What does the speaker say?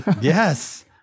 Yes